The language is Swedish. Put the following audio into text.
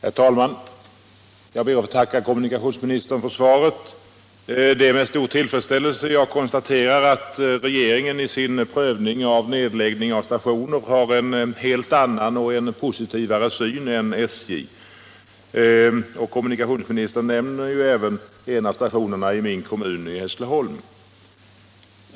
Herr talman! Jag ber att få tacka kommunikationsministern för svaret. Det är med stor tillfredsställelse jag konstaterar att regeringen i sin prövning av frågan om nedläggning av stationer har en helt annan och positivare syn än SJ. Kommunikationsministern nämner även en av stationerna i min hemkommun, Hässleholm.